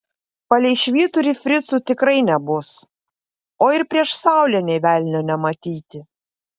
palei švyturį fricų tikrai nebus o ir prieš saulę nė velnio nematyti